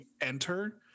enter